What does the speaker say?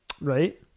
Right